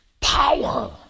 power